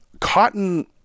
cotton